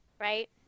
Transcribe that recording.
right